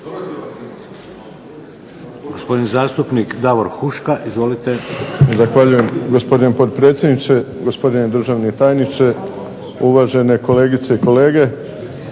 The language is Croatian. Gospodin zastupnik Davor Huška. **Huška, Davor (HDZ)** Zahvaljujem gospodine potpredsjedniče, gospodine državni tajniče, uvažene kolegice i kolege.